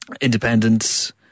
Independence